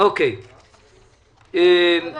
אדוני היושב-ראש,